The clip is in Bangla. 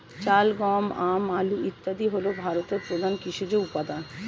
চাল, গম, আম, আলু ইত্যাদি হল ভারতের প্রধান কৃষিজ উপাদান